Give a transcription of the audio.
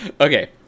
okay